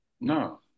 no